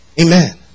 Amen